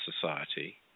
Society